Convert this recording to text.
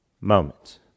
moment